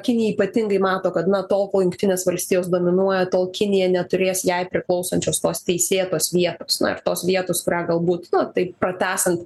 kinija ypatingai mato kad na tol kol jungtinės valstijos dominuoja tol kinija neturės jai priklausančios tos teisėtos vietos na ir tos vietos kurią galbūt na taip pratęsiant